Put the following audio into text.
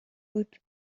بود